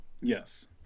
Yes